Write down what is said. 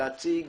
להציג